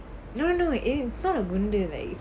no no no it's not குண்டு:gundu